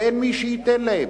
ואין מי שייתן להם,